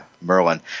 merlin